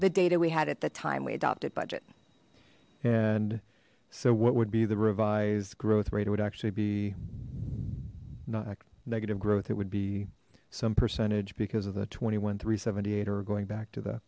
the data we had at the time we adopted budget and so what would be the revised growth rate it would actually be not a negative growth it would be some percentage because of the twenty one three seventy eight or going back to the